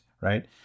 right